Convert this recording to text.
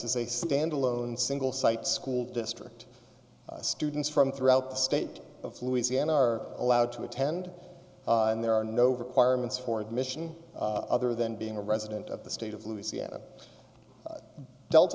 is a standalone single site school district students from throughout the state of louisiana are allowed to attend and there are no requirements for admission other than being a resident of the state of louisiana delt